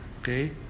Okay